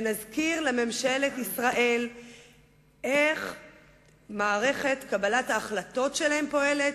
ונזכיר לממשלת ישראל איך מערכת קבלת ההחלטות שלהם פועלת,